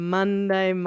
Monday